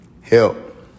Help